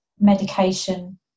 medication